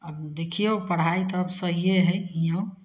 आब देखिऔ पढ़ाइ तऽ अब सहिए हइ हियोँ